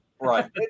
right